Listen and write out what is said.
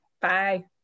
Bye